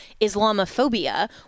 Islamophobia